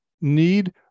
need